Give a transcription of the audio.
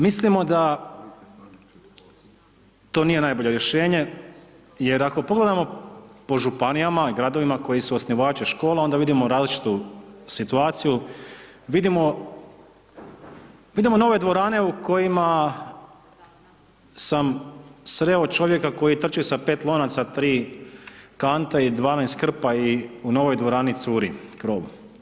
Mislimo da to nije najbolje rješenje, jer ako pogledamo po županijama i gradovima koji su osnivači škola onda vidimo različitu situaciju, vidimo nove dvorane u kojima sam sreo čovjeka koji trči sa 5 lonaca, 3 kante i 12 krpa i u novoj dvorani curi krov.